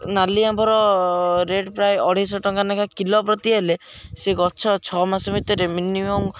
ନାଲି ଆମ୍ବର ରେଟ୍ ପ୍ରାୟ ଅଢ଼େଇଶହ ଟଙ୍କା ଲେଖାଁ କିଲୋ ପ୍ରତି ହେଲେ ସେ ଗଛ ଛଅ ମାସ ଭିତରେ ମିନିମମ୍